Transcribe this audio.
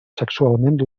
sexualment